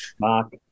mark